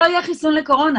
לא יהיה חיסון לקורונה.